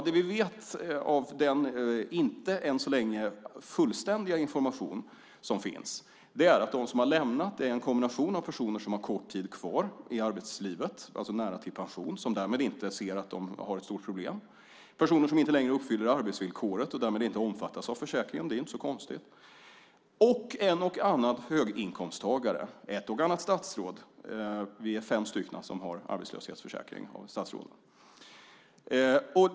Det vi vet av den än så länge inte fullständiga information som finns är att de som lämnat är en kombination av personer som har kort tid kvar i arbetslivet, det vill säga nära till pension som därmed inte ser att de har ett stort problem, personer som inte längre uppfyller arbetsvillkoret och därmed inte omfattas av försäkringen - det är ju inte så konstigt - och en och annan höginkomsttagare och ett och annat statsråd. Vi är fem statsråd som har arbetslöshetsförsäkring.